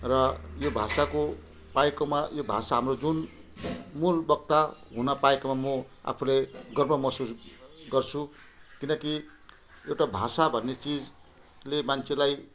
र यो भाषाको पाएकोमा यो भाषा हाम्रो जुन मूलवक्ता हुनपाएकोमा म आफूले गर्व महसुस गर्छु किनकि एउटा भाषा भन्ने चिजले मान्छेलाई